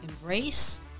embrace